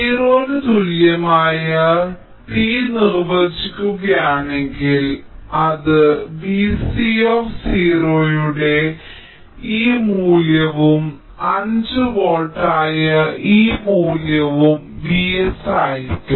0 ന് തുല്യമായ t നിർവചിക്കുകയാണെങ്കിൽ അത് Vc യുടെ ഈ മൂല്യവും 5 വോൾട്ട് ആയ ഈ മൂല്യം V s ആയിരിക്കും